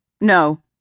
No